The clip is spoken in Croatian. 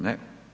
Ne.